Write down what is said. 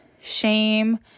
shame